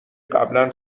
قبلا